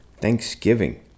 Thanksgiving